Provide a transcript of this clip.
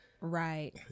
Right